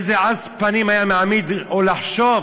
איזה עז פנים היה מעמיד, או לחשוב